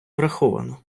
враховано